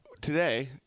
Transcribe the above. today